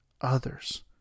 others